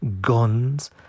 guns